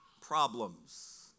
problems